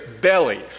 belly